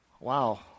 Wow